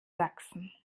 sachsen